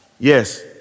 Yes